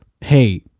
hey